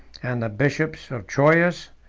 and the bishops of troyes,